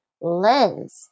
lens